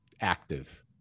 active